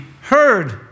heard